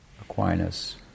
Aquinas